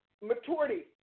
maturity